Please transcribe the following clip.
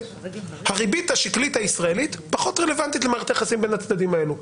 הריבית השקלית הישראלית פחות רלוונטית למערכת היחסים בין הצדדים האלה.